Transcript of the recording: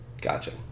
Gotcha